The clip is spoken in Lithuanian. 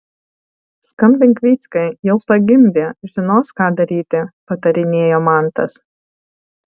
skambink vyckai jau pagimdė žinos ką daryti patarinėjo mantas